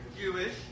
Jewish